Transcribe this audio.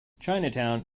chinatown